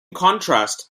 contrast